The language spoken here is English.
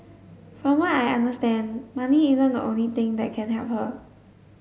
from what I understand money isn't the only thing that can help her